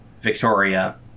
Victoria